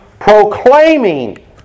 proclaiming